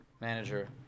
Manager